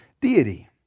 deity